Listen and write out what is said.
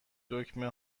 دکمه